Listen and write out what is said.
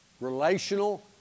relational